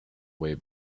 way